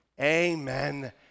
Amen